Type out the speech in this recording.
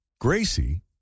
Gracie